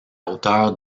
hauteur